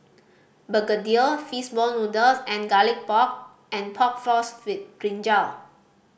Begedil ball noodles and Garlic Pork and Pork Floss with brinjal